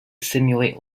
simulate